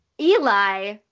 Eli